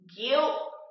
guilt